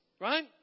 right